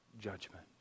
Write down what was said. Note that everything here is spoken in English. Judgment